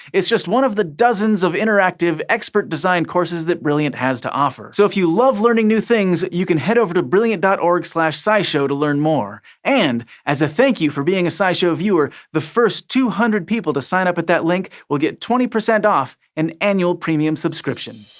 it's just one of the dozens of interactive, expert-designed courses that brilliant has to offer. so if you love learning new things, you can head on over to brilliant dot org slash scishow to learn more. and, as a thank you for being a scishow viewer, the first two hundred people to sign up at that link will get twenty percent off an annual premium subscription.